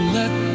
let